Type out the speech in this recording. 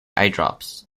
eyedrops